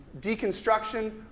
deconstruction